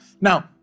Now